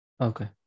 Okay